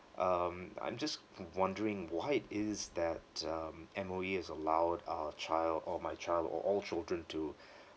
um I'm just wondering why it is that um M_O_E has allowed our child or my child or all children to